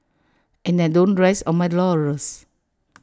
and I don't rest on my laurels